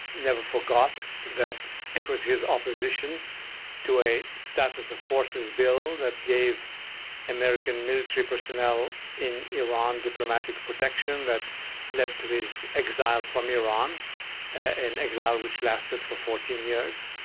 never forgot that it was his opposition to a status of forces bill that gave american military personnel in iran diplomatic protection that led to his exile from iran an exile which lasted for fourteen years.